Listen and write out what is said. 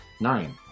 nine